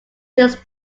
his